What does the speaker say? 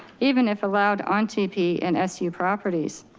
even if allowed on tp and su properties.